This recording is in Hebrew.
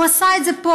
הוא עשה את זה פה.